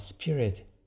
spirit